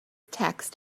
text